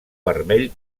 vermell